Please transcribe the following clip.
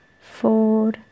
four